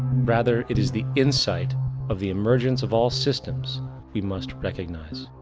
rather it is the insight of the emergence of all systems we must recognize.